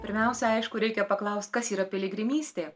pirmiausia aišku reikia paklaust kas yra piligrimystė